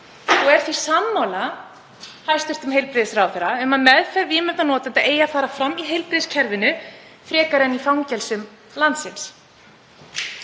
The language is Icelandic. og er því sammála hæstv. heilbrigðisráðherra um að meðferð vímuefnanotenda eigi að fara fram í heilbrigðiskerfinu frekar en í fangelsum landsins.